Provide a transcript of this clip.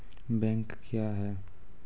Bank क्या हैं?